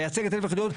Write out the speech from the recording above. מייצג את 1,000 היחידות,